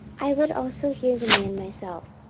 i would also hear the man myself.